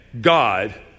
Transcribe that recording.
God